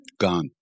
gone